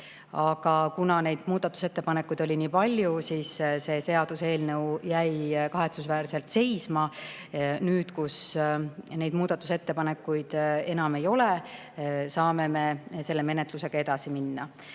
Aga kuna muudatusettepanekuid oli nii palju, siis jäi seaduseelnõu kahetsusväärselt seisma. Nüüd, kui neid muudatusettepanekuid enam ei ole, saame menetlusega edasi minna.